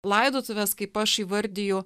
laidotuvės kaip aš įvardiju